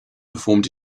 performed